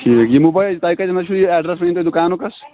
ٹھیٖک یہِ موبایِل تۄہہِ کَتٮ۪ن حظ چھُو یہِ ایٚڈرَس ؤنِو تُہۍ دُکانُک حظ